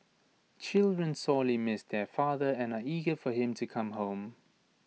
children sorely miss their father and are eager for him to come home